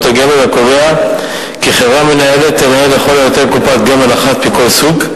הגמל הקובע כי חברה מנהלת תנהל לכל היותר קופת גמל אחת מכל סוג.